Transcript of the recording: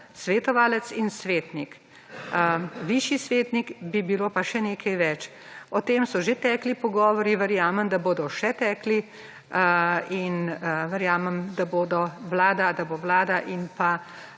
svetovalec in svetnik. Višji svetnik bi bil pa še nekaj več. O tem so že tekli pogovori, verjamem, da bodo še tekli, in verjamem, da bodo Vlada in socialni